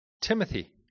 Timothy